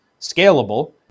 scalable